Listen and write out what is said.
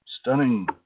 stunning